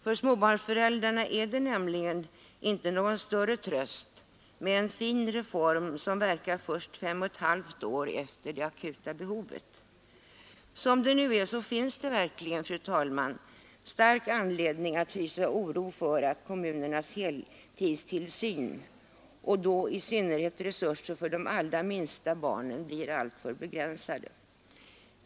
För småbarnsföräldrarna är det nämligen inte någon större tröst med en fin reform som verkar först fem och ett halvt år efter det akuta behovet. Som det nu är finns det verkligen, fru talman, stark anledning att hysa oro för att kommunernas heltidstillsyn, i synnerhet när det gäller resurser för de allra minsta barnen, blir alltför begränsad.